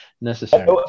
necessary